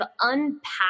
unpack